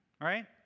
right